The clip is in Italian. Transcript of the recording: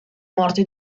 morte